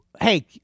hey